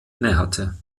innehatte